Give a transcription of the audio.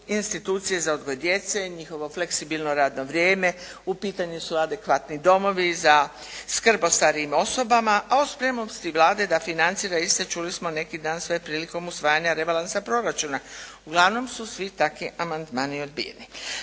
institucije za odgoj djece, njihovo fleksibilno radno vrijeme, u pitanju su adekvatni domovi za skrb o starijim osobama, a o spremnosti Vlade da financira iste, čuli smo neki dan sve prilikom usvajanja rebalansa proračuna. Uglavnom su svi takvi amandmani odbijeni.